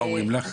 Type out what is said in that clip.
מה אומרים לך?